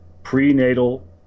prenatal